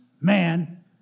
man